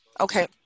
Okay